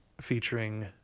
featuring